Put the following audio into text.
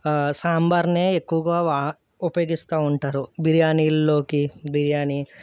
సాంబార్నే ఎక్కువగా వా ఉపయోగిస్తూ ఉంటారు బిర్యానీలలోకి బిర్యానీ